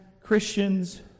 Christians